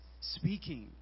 speaking